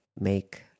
make